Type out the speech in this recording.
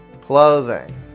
clothing